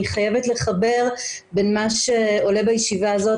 אני חייבת לחבר בין מה שעולה בישיבה הזאת